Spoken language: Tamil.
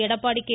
எடப்பாடி கே